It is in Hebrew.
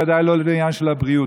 בוודאי לא לעניין של הבריאות.